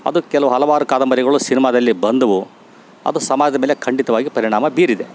ಅದು ಕೆಲವು ಹಲವಾರು ಕಾದಂಬರಿಗಳು ಸಿನಿಮಾದಲ್ಲಿ ಬಂದವು ಅದು ಸಮಾಜದ ಮೇಲೆ ಖಂಡಿತವಾಗಿ ಪರಿಣಾಮ ಬೀರಿದೆ